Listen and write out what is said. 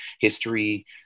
history